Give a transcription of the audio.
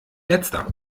letzter